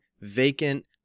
vacant